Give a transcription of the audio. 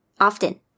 often